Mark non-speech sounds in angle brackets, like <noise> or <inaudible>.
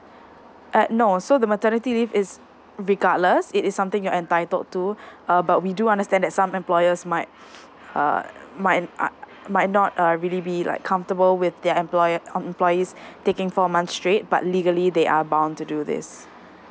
uh no so the maternity leave is regardless it is something you're entitled to uh but we do understand that some employers might <noise> err might err might not uh really be like comfortable with their employer uh employees taking four months straight but legally they are bound to do this